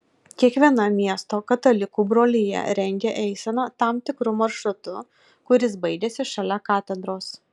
kiekviena miesto katalikų brolija rengia eiseną tam tikru maršrutu kuris baigiasi šalia katedros